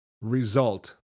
result